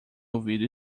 ouvido